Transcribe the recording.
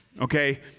okay